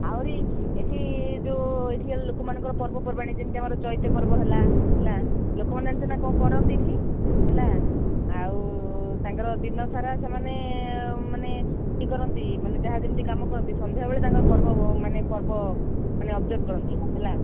ଆହୁରି ଏଠି ଯେଉଁ ଏଠିକାର ଲୋକମାନଙ୍କର ପର୍ବପର୍ବାଣି ଯେମିତି ଆମର ଚଇତ ପର୍ବ ହେଲା ହେଲା ଲୋକମାନେ ଜାଣିଚୁନା କ'ଣ କରନ୍ତି ଏଠି ହେଲା ଆଉ ତାଙ୍କର ଦିନସାରା ସେମାନେ ମାନେ ଇଏ କରନ୍ତି ମାନେ ଯାହା ଯେମିତି କାମ କରନ୍ତି ସଂଧ୍ୟାବେଳେ ତାଙ୍କର ପର୍ବ ମାନେ ପର୍ବ ମାନେ ଅବ୍ଜର୍ଭ୍ କରନ୍ତି ହେଲା